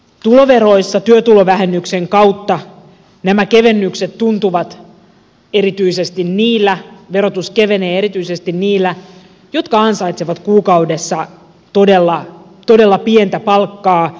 tuloveroissa työtulovähennyksen kautta nämä kevennykset tuntuvat erityisesti niillä eli verotus kevenee erityisesti niillä jotka ansaitsevat kuukaudessa todella pientä palkkaa